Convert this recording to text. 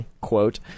quote